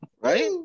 Right